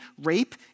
rape